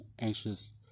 anxious